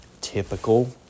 typical